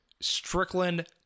Strickland